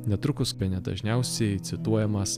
netrukus bene dažniausiai cituojamas